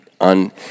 on